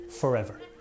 forever